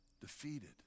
defeated